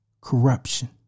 corruption